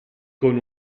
con